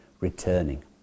returning